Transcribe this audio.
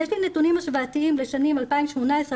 יש לי נתונים השוואתיים לשנים 2018,